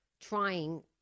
trying